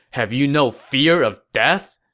have you no fear of death?